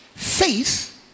Faith